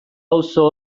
auzo